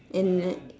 and